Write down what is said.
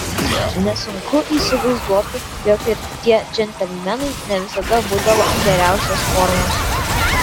nesunku įsivaizduoti jog ir tie džentelmenai ne visada būdavo geriausios formos